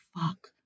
fuck